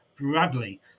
Bradley